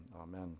Amen